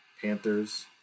Panthers